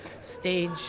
stage